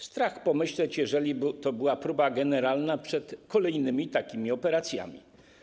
Strach pomyśleć, jeżeli to była próba generalna przed kolejnymi takimi operacjami.